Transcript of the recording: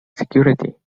security